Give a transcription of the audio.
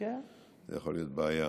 זה יכול להיות בעיה.